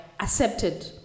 accepted